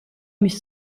მის